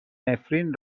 نفرین